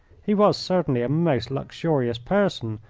he was certainly a most luxurious person,